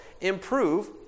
improve